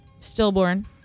Stillborn